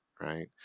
right